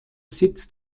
sitz